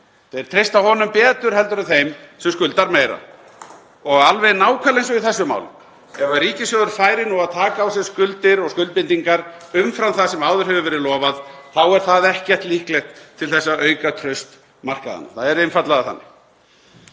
þeir treysta honum betur heldur en þeim sem skuldar meira. Alveg nákvæmlega eins og í þessum málum. Ef ríkissjóður færi nú að taka á sig skuldir og skuldbindingar umfram það sem áður hefur verið lofað er það ekkert líklegt til að auka traust markaðanna. Það er einfaldlega þannig.